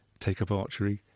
take up archery.